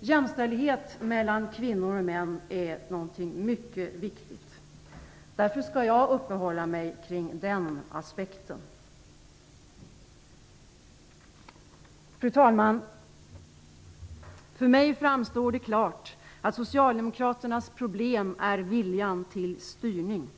Jämställdhet mellan kvinnor och män är någonting mycket viktigt. Därför skall jag uppehålla mig kring den aspekten. Fru talman! För mig framstår det klart att socialdemokraternas problem är viljan till styrning,